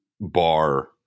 bar